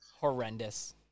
Horrendous